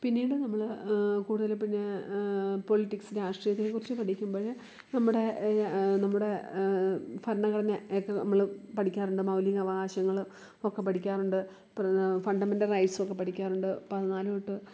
പിന്നീട് നമ്മൾ കൂടുതൽ പിന്നെ പൊളിറ്റിക്സ് രാഷ്ട്രീയത്തെക്കുറിച്ച് പഠിക്കുമ്പോൾ നമ്മുടെ നമ്മുടെ ഭരണഘടന ഒക്കെ നമ്മൾ പഠിക്കാറുണ്ട് മൗലിക അവകാശങ്ങൾ ഒക്കെ പഠിക്കാറുണ്ട് പ്രത ഫണ്ടമെന്റൽ റൈറ്റ്സുമൊക്കെ പഠിക്കാറുണ്ട് പതിന്നാല് തൊട്ട്